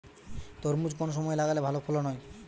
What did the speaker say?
তরমুজ কোন সময় লাগালে ভালো ফলন হয়?